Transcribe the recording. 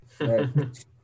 Right